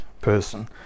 person